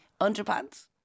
Underpants